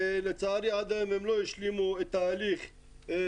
ולצערי עד היום הם לא השלימו את ההליך לסיים,